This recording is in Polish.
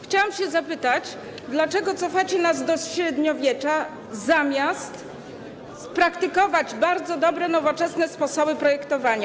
Chciałam się zapytać, dlaczego cofacie nas do średniowiecza, zamiast praktykować bardzo dobre, nowoczesne, sposoby projektowania.